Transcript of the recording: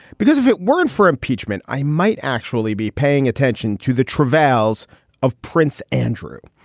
because if it weren't for impeachment, i might actually be paying attention to the travails of prince andrew.